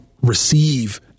receive